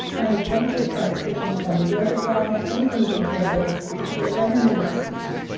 find a blanket under cushions. under yoga block. anything you can think of. put it right underneath the feet.